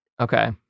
Okay